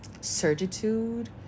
certitude